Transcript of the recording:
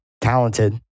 talented